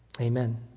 Amen